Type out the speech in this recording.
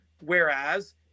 whereas